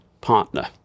partner